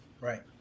Right